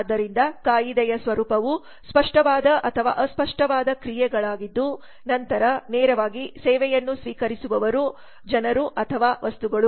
ಆದ್ದರಿಂದ ಕಾಯಿದೆಯ ಸ್ವರೂಪವು ಸ್ಪಷ್ಟವಾದ ಅಥವಾ ಅಸ್ಪಷ್ಟ ಕ್ರಿಯೆಗಳಾಗಿದ್ದು ನಂತರ ನೇರವಾಗಿ ಸೇವೆಯನ್ನು ಸ್ವೀಕರಿಸುವವರು ಜನರು ಅಥವಾ ವಸ್ತುಗಳು